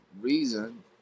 reason